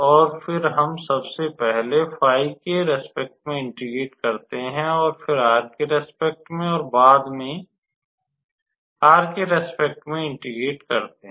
और फिर हम सबसे पहले 𝜑 के प्रति इंटेग्रेट करते हैं और फिर r के प्रति और बाद में r के रेस्पेक्ट में इंटेग्रेट करते हैं